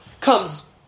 comes